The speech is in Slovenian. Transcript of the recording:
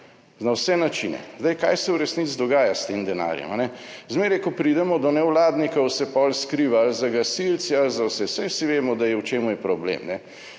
na vse načine. Zdaj, kaj se v resnici dogaja s tem denarjem. Zmeraj, ko pridemo do nevladnikov se potem skriva ali za gasilci ali za vse. Saj vsi vemo, da je, v čem je problem.